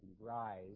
rise